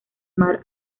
mar